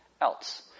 else